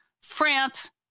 France